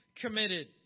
committed